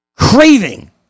craving